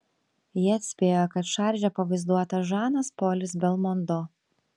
jie atspėjo kad šarže pavaizduotas žanas polis belmondo